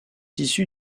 issu